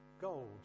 Gold